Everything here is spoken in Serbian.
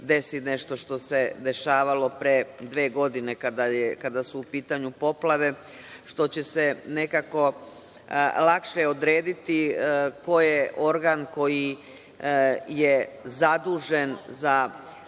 desi nešto što se dešavalo pre dve godina kada su u pitanju poplave, što će se nekako lakše odrediti ko je organ koji je zadužen za